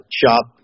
shop